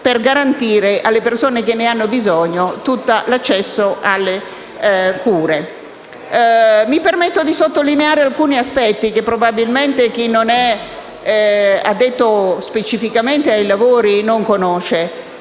per garantire alle persone bisognose l'accesso completo alle cure. Mi permetto di sottolineare alcuni aspetti che probabilmente chi non è addetto specificamente ai lavori non conosce.